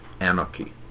anarchy